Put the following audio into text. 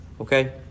Okay